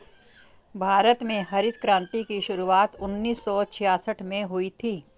भारत में हरित क्रान्ति की शुरुआत उन्नीस सौ छियासठ में हुई थी